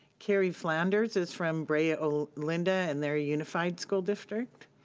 carey flanders is from brea olinda and their unified school district.